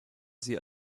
sie